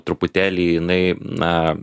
truputėlį jinai na